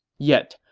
yet,